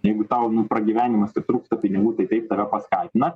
jeigu tau nu pragyvenimas ir trūksta pinigų tai taip tave paskatina